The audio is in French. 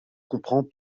comprend